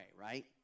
right